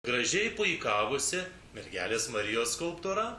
gražiai puikavosi mergelės marijos skulptūra